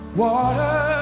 water